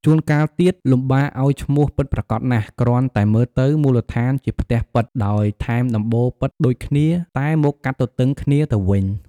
ជួនកាលទៀតលំបាកឱ្យឈ្មោះពិតប្រាកដណាស់ គ្រាន់តែមើលទៅ មូលដ្ឋានជាផ្ទះប៉ិត ដោយថែមដំបូលប៉ិតដូចគ្នា តែមកកាត់ទទឹងគ្នាទៅវិញ ។